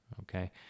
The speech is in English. Okay